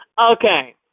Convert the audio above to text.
Okay